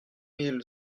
mille